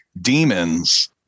demons